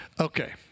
Okay